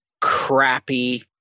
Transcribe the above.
crappy